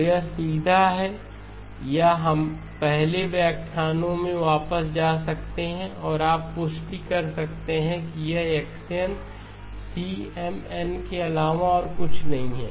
तो यह सीधा है या हम पहले के व्याख्यानों में वापस जा सकते हैं और आप पुष्टि कर सकते हैं कि यहx n CM n के अलावा और कुछ नहीं है